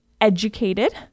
educated